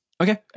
Okay